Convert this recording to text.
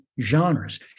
genres